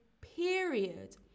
period